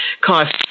cause